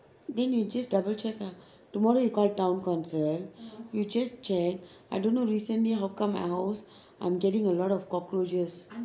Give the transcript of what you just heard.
then you just double check ah tomorrow you call town council you just check I don't know recently how come my house I'm getting a lot of cockroaches